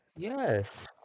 Yes